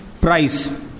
price